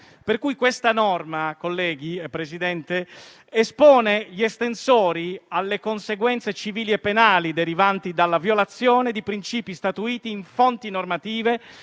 Pertanto, questa norma espone gli estensori alle conseguenze civili e penali derivanti dalla violazione di principi statuiti in fonti normative